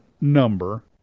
number